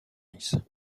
ice